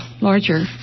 larger